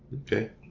okay